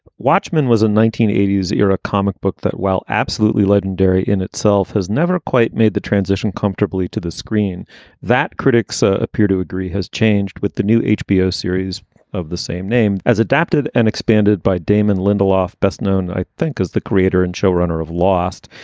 watchmen was a nineteen eighties era comic book that, while absolutely legendary in itself, has never quite made the transition comfortably to the screen that critics ah appear to agree has changed with the new hbo series of the same name as adapted and expanded by damon lindelof. best known, i think, is the creator and showrunner of lost.